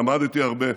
למדתי הרבה,